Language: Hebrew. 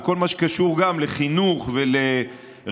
בכל מה שקשור גם לחינוך ולרווחה,